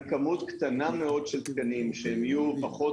אנחנו מדברים על כמות קטנה מאוד של תקנים שהם יהיו פחות